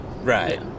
right